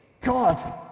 God